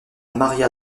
maria